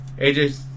AJ